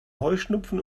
heuschnupfen